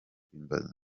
guhimbaza